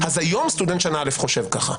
היום סטודנט שנה א' חושב ככה,